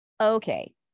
okay